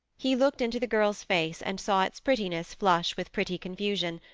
he looked into the girl's face and saw its prettiness flush with pretty confusion,